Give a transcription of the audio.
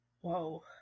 Whoa